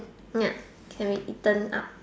yup can be eaten up